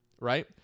right